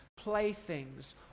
playthings